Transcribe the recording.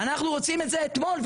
רוצה את זה אתמול,